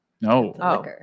No